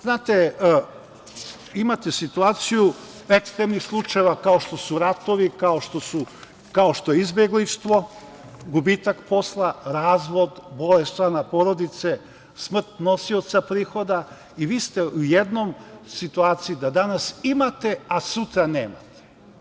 Znate, imate situaciju ekstremnih slučajeva kao što su ratovi, kao što je izbeglištvo, kao što je gubitak posla, razvod, bolest člana porodice, smrt nosioca prihoda i vi ste u jednoj situaciji da danas imate, a sutra nemate.